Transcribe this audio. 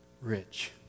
rich